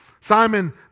Simon